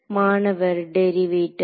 மாணவர் டெரிவேட்டிவ்